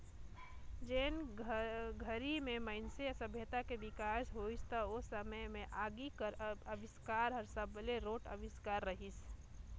जेन घरी में मइनसे सभ्यता के बिकास होइस त ओ समे में आगी कर अबिस्कार हर सबले रोंट अविस्कार रहीस